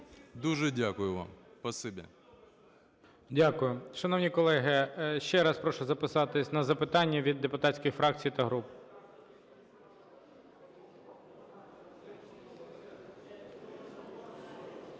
ГОЛОВУЮЧИЙ. Дякую. Шановні колеги, ще раз прошу записатися на запитання від депутатських фракцій та груп.